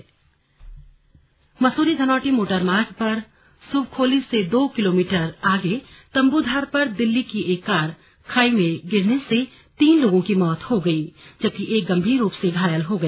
slug car दुर्घटना Mussoorie Dhanaulti motor मार्ग पर सुवखोली से दो किलोमीटर आगे तंबूधार पर दिल्लीन की एक कार के खाई में गिरने से तीन लोगों की मौत हो गई जबकि एक गंभीर रूप से घायल हो गया